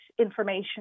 information